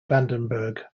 vandenberg